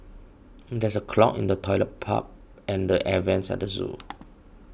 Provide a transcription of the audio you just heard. there is a clog in the Toilet Pipe and the Air Vents at the zoo